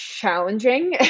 challenging